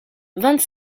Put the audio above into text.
vingt